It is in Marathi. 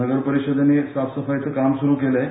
नगर परिषदेने साफसफाईचं काम सुरू केलंय